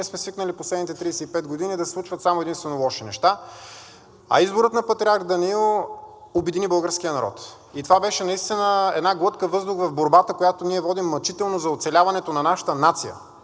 ние сме свикнали последните 35 години да се случват само и единствено лоши неща, а изборът на патриарх Даниил обедини българския народ. И това беше наистина една глътка въздух в борбата, която ние водим мъчително за оцеляването на нашата нация,